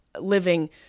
living